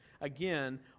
Again